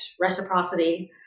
reciprocity